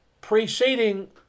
preceding